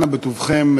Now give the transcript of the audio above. אנא בטובכם,